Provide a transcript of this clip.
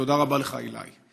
ותודה רבה לך, אלעאי.